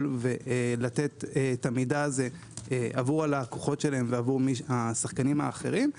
ולתת את המידע הזה עבור הלקוחות שלהם ועבור השחקנים האחרים.